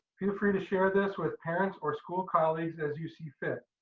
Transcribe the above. feel free to share this with parents or school colleagues as you see fit.